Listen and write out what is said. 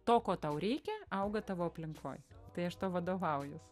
to ko tau reikia auga tavo aplinkoj tai aš tuo vadovaujuos